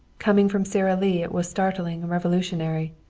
coming from sara lee it was startling and revolutionary.